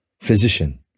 Physician